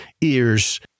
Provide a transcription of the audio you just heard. ears